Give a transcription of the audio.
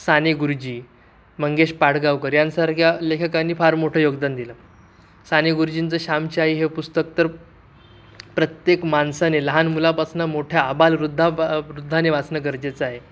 साने गुरुजी मंगेश पाडगावकर यांसारख्या लेखकांनी फार मोठं योगदान दिलं साने गुरुजींचं श्यामची आई हे पुस्तक तर प्रत्येक माणसाने लहान मुलापासून मोठ्या आबालवृद्धा वृद्धाने वाचणं गरजेचं आहे